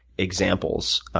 examples.